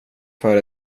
för